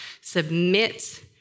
submit